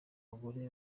bagore